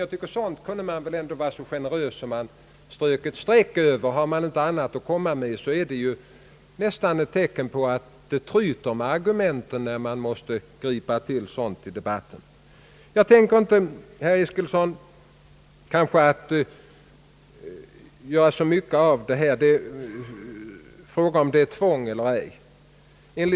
Jag tycker för min del att man kunde vara så generös att man strök ett streck över sådant. Har man inte annat att komma med så tyder det nästan på att argumenten tryter och att man inte har något annat att gripa till i debatten.